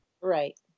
Right